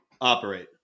Operate